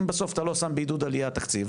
אם בסוף אתה לא שם בעידוד עלייה תקציב,